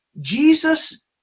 Jesus